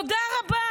תודה רבה.